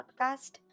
podcast